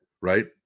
right